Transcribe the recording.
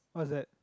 what's that